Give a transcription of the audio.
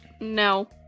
No